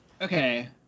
Okay